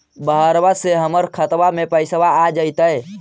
बहरबा से हमर खातबा में पैसाबा आ जैतय?